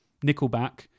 Nickelback